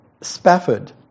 Spafford